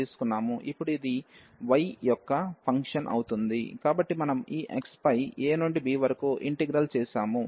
ఇప్పుడు ఇది y యొక్క ఫంక్షన్ అవుతుంది కాబట్టి మనం ఈ x పై a నుండి b వరకుఇంటిగ్రల్ చేసాము